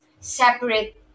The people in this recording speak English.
separate